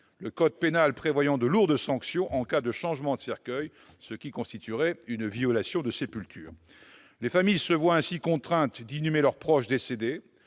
le code pénal prévoyant de lourdes sanctions en cas de changement de cercueil, ce qui constituerait une violation de sépulture. Les familles se voient ainsi contraintes d'inhumer leur proche décédé,